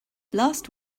last